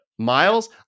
Miles